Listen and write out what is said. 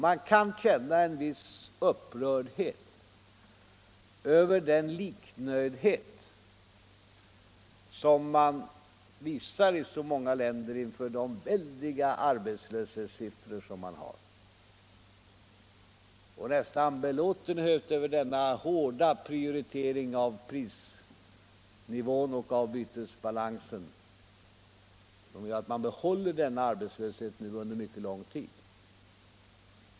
Man kan känna en viss upprördhet över den liknöjdhet som visas i så många länder inför de väldiga arbetslöshetssiffrorna och nästan belåtenhet över denna hårda prioritering av prisnivån och av bytesbalansen som gör att arbetslösheten hålls på denna höga nivå under mycket lång tid.